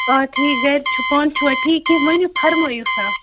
آ ٹھیٖک گَرِ چھِو پانہٕ چھِوٕ ٹھیٖک کیٛاہ ؤنِو فرمٲیو سا